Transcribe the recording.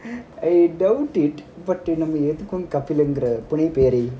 doubt but நம்ம எதுக்கும் கபிலங்கிற புனை பெயரை:nalla edhukum kabilangira punai peyarai